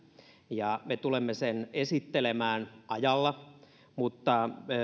ja me tulemme sen esittelemään ajallaan mutta